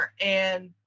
and-